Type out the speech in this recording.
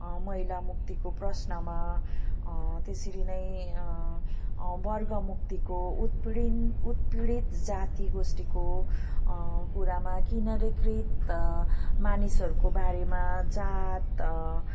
महिलामुक्तिको प्रश्नमा त्यसरी नै वर्गमुक्तिको उत्पीडिन उत्पीडित जाति गोष्ठीको कुरामा किनारीकृत मानिसहरूको बारेमा जात